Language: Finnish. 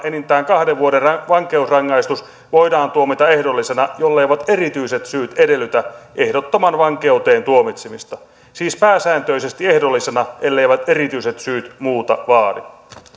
enintään kahden vuoden vankeusrangaistus voidaan tuomita ehdollisena jolleivät erityiset syyt edellytä ehdottomaan vankeuteen tuomitsemista siis pääsääntöisesti ehdollisena elleivät erityiset syyt muuta vaadi